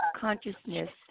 consciousness